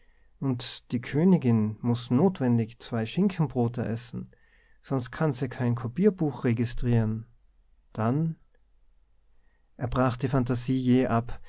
und die königin muß notwendig zwei schinkenbrote essen sonst kann se kein kopierbuch registrieren dann er brach die phantasie jäh ab